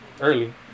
early